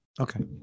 okay